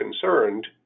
concerned